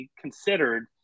considered